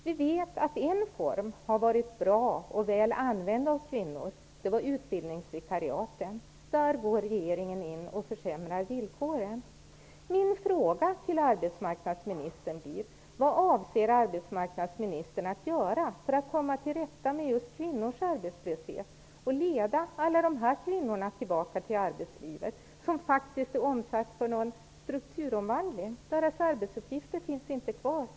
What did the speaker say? Vi vet att en form har varit bra och väl använd av kvinnor. Det är utbildningsvikariaten. Där försämrar regeringen villkoren. Min fråga till arbetsmarknadsministern blir: Vad avser arbetsmarknadsministern att göra för att komma till rätta med just kvinnors arbetslöshet och leda alla de här kvinnorna tillbaka till arbetslivet? De är faktiskt utsatta för en strukturomvandling. Deras arbetsuppgifter finns inte kvar.